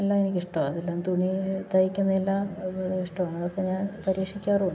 എല്ലാം എനിക്ക് ഇഷ്ടമാണ് തുന്നാൻ തുണി തയ്ക്കുന്നതല്ലാം വളരെ ഇഷ്ടമാണ് അതൊക്കെ ഞാൻ പരീക്ഷിക്കാറുണ്ട്